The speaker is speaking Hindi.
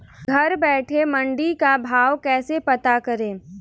घर बैठे मंडी का भाव कैसे पता करें?